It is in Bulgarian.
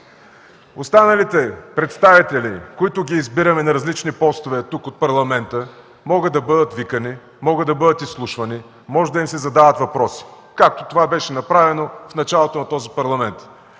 Останалите представители, които избираме на различни постове тук, от Парламента, могат да бъдат викани, могат да бъдат изслушвани, могат да им се задават въпроси, както това беше направено в началото на този Парламент.